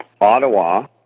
Ottawa